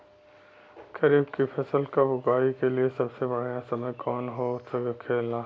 खरीफ की फसल कब उगाई के लिए सबसे बढ़ियां समय कौन हो खेला?